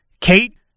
Kate